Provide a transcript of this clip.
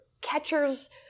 catchers